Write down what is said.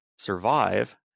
survive